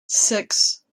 six